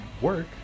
work